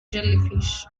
jellyfish